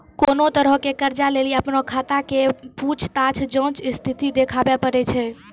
कोनो तरहो के कर्जा लेली अपनो बैंक खाता के पूछताछ जांच स्थिति देखाबै पड़ै छै